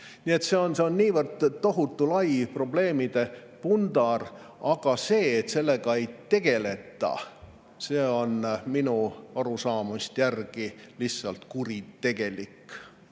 see on niivõrd tohutu lai probleemidepundar. Aga see, et sellega ei tegeleta, on minu arusaamise järgi lihtsalt kuritegelik.